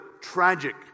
tragic